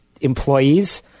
employees